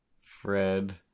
Fred